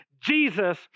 Jesus